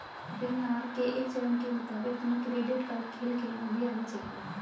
ऋण आहार के एक चरण के मुताबिक तुम्हें क्रेडिट कार्ड खेल खेलना भी आना चाहिए